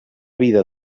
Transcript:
vida